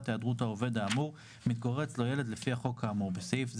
היעדרות העובד האמור מתגורר אצלו ילד לפי החוק האמור (בסעיף זה,